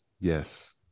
yes